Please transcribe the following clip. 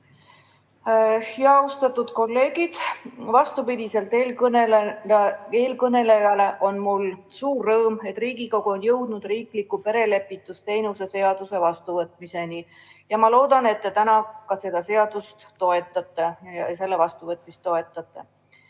Austatud kolleegid! Vastupidi eelkõnelejale on mul suur rõõm, et Riigikogu on jõudnud riikliku perelepitusteenuse seaduse vastuvõtmiseni. Ma loodan, et te täna seda seadust ja selle vastuvõtmist toetate.